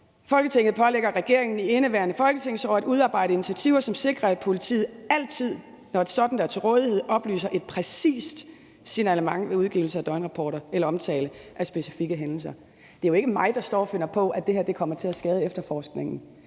»Folketinget pålægger regeringen i indeværende folketingsår at udarbejde initiativer, som sikrer, at politiet altid, når et sådant er til rådighed, oplyser et præcist signalement ved udgivelse af døgnrapporter eller omtale af specifikke hændelser«. Det er jo ikke mig, der står og finder på, at det her kommer til at skade efterforskningen.